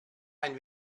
ein